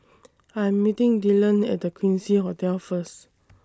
I Am meeting Dyllan At The Quincy Hotel First